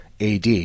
AD